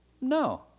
No